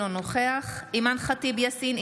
אינו נוכח אימאן ח'טיב יאסין,